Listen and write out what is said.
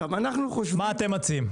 עכשיו אנחנו חושבים --- מה אתם מציעים?